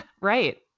Right